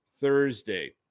Thursday